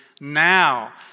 now